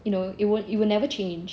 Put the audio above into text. you know it won't it will never change